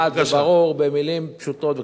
חד וברור, במלים פשוטות וקצרות.